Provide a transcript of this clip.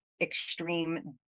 extreme